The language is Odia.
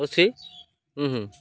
ଅଛି ହୁଁ ହୁଁ